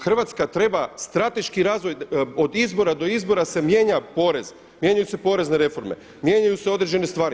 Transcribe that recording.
Hrvatska treba strateški razvoj od izbora do izbora se mijenja porez, mijenjaju se porezne reforme, mijenjaju se određene stvari.